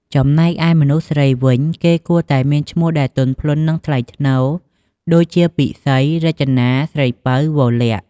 ចំំណែកឯមនុស្សស្រីវិញ គេគួរតែមានឈ្មោះដែលទន់ភ្លន់ និង ថ្លៃថ្នូរ ដូចជា ពិសី រចនា ស្រីពៅ វរល័ក្ខ។